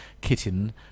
kitten